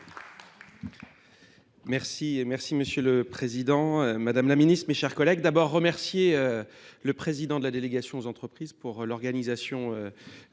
Merci monsieur le Président, Madame la Ministre, mes chers collègues. D'abord remercier le Président de la Délégation aux entreprises pour l'organisation